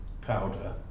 powder